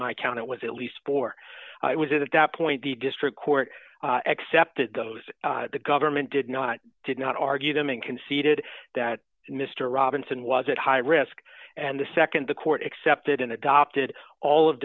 my count it was at least four i was at that point the district court accepted those the government did not did not argue them in conceded that mr robinson was at high risk and the nd the court accepted an adopted all of